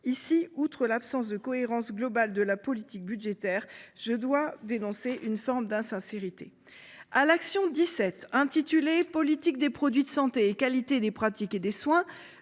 point, outre l’absence de cohérence globale de la politique budgétaire, je dois dénoncer une forme d’insincérité. À l’action n° 17, « Politique des produits de santé et de la qualité des pratiques et des soins »,